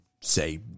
say